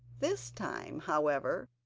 this time, however,